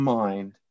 mind